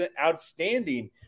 outstanding